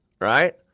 right